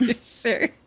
Sure